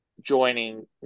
joining